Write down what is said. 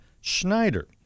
Schneider